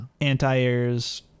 anti-airs